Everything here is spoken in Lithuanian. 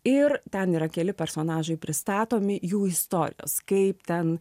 ir ten yra keli personažai pristatomi jų istorijos kaip ten